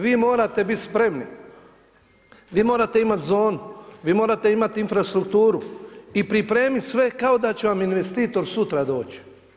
Vi morate bit spremni, vi morate imat zonu, vi morate imat infrastrukturu i pripremit sve kao da će vam investitor sutra doći.